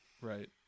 Right